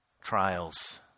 trials